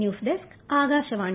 news desk Akashvani